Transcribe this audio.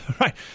Right